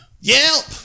Yelp